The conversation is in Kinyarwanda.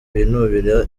binubira